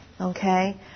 Okay